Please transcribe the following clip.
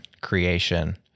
creation